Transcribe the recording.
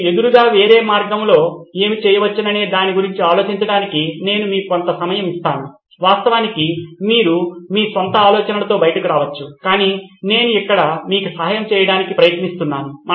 మీరు ఎదురుగా వేరే మార్గం లో ఏమి చేయవచ్చనే దాని గురించి ఆలోచించడానికి నేను మీకు కొంత సమయం ఇస్తాను వాస్తవానికి మీరు మీ స్వంత ఆలోచనలతో బయటకు రావచ్చు కాని నేను ఇక్కడ మీకు సహాయం చేయడానికి ప్రయత్నిస్తున్నాను